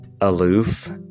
aloof